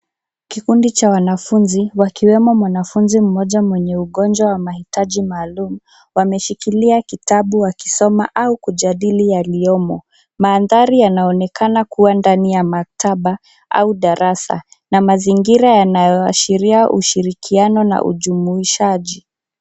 Kikundi cha wanafunzi, akiwemo mwanafunzi mmoja mwenye ugonjwa wa mahitaji maalum, wameshikilia kitabu wakisoma au kujadili yaliyomo. Mandhari yanaonekana kuwa ndani ya maktaba au darasa, na mazingira yanayoashiria ushirikiano na ujumuishaji.